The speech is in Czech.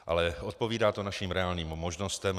Ale odpovídá to našim reálným možnostem.